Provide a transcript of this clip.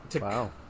Wow